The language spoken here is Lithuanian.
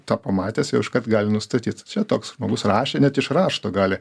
tą pamatęs jau iš kart gali nustatyt čia toks žmogus rašė net iš rašto gali